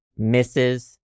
Mrs